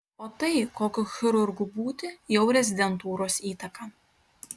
o tai kokiu chirurgu būti jau rezidentūros įtaka